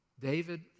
David